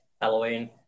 Halloween